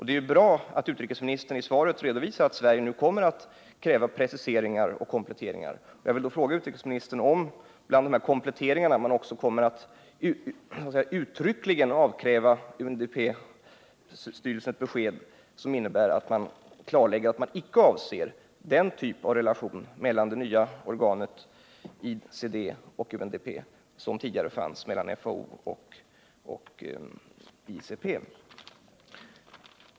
Det är bra att utrikesministern i svaret redovisar att Sverige kommer att kräva preciseringar och kompletteringar. Jag vill då fråga utrikesministern om dessa kompletteringar även kommer att innefatta att man uttryckligen avkräver UNDP:s styrels2 ett besked som innebär att det klarläggs att man inte avser den typen av relation mellan det nya organet ICD och UNDP som tidigare fanns mellan FAO och ICD.